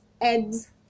eggs